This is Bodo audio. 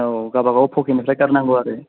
औ गावबागाव पकेटनिफ्राय गारनांगौ आरो